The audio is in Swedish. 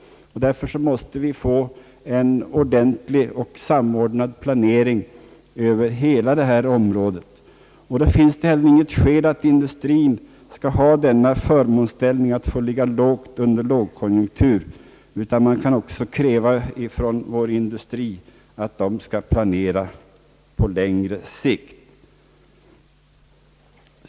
Därför måste vi få till stånd en ordentlig och samordnad planering på hela detta område. Det finns således inget skäl att industrien skall ha förmånsställningen att få ligga lågt under lågkonjunktur, utan man kan också kräva att vår industri skall planera på längre sikt.